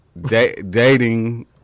dating